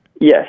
Yes